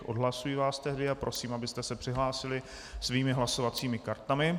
Odhlašuji vás tedy a prosím, abyste se přihlásili svými hlasovacími kartami.